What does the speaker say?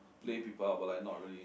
play people ah but like not really